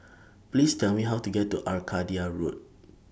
Please Tell Me How to get to Arcadia Road